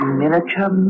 miniature